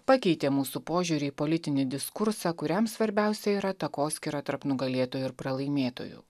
pakeitė mūsų požiūrį į politinį diskursą kuriam svarbiausia yra takoskyra tarp nugalėtojų ir pralaimėtojų